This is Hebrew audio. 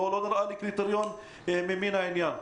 לא מדובר על קריטריון ממין העניין.